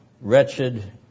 wretched